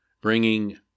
bringing